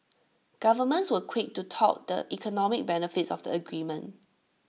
governments were quick to tout the economic benefits of the agreement